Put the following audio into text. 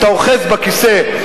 אתה אוחז בכיסא.